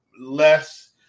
less